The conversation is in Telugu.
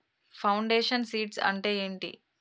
ఫౌండేషన్ సీడ్స్ అంటే ఏంటి?